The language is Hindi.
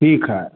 ठीक है